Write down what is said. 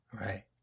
Right